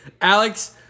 Alex